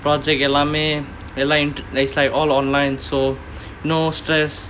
project எல்லாமே எல்லா:ellaamae ellaa it's like all online so no stress